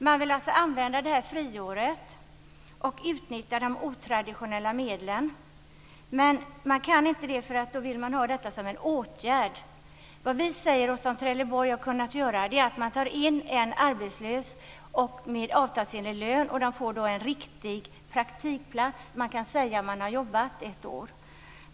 Man vill använda friåret och utnyttja otraditionella metoder, men det får man inte, eftersom detta måste användas som en åtgärd. Trelleborg har, som vi har förordat, tagit in arbetslösa med avtalsenlig lön på riktiga praktikplatser. Dessa personer kan då uppge sig ha arbetat ett år.